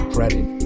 Credit